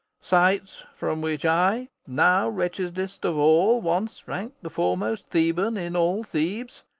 sights from which i, now wretchedst of all, once ranked the foremost theban in all thebes,